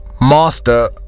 master